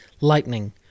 Lightning